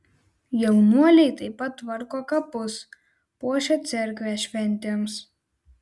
jaunuoliai taip pat tvarko kapus puošia cerkvę šventėms